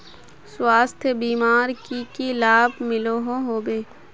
स्वास्थ्य बीमार की की लाभ मिलोहो होबे?